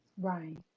Right